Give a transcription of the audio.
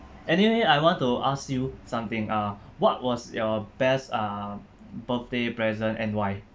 anyway I want to ask you something uh what was your best uh birthday present and why